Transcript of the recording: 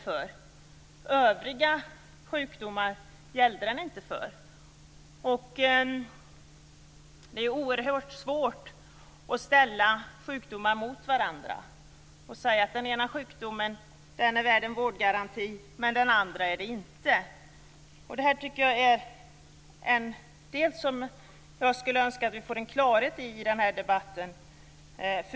För övriga sjukdomar gällde den inte. Det är oerhört svårt att ställa sjukdomar mot varandra och säga att den ena sjukdomen är värd en vårdgaranti medan den andra inte är det. Jag skulle önska att vi i den här debatten kunde få en klarhet på denna punkt.